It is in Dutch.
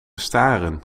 staren